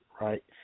right